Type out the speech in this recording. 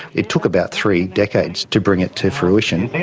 it took about three decades to bring it to fruition.